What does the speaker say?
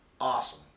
Awesome